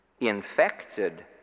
infected